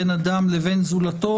בין אדם לבין זולתו,